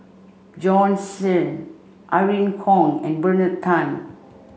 Bjorn Shen Irene Khong and Bernard Tan